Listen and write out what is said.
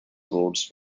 roads